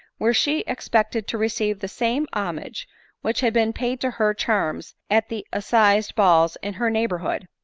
where she expected to received the same homage which had been paid to her charms at the assize-balls in her neighborhood.